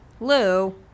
Lou